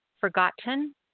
Forgotten